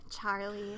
Charlie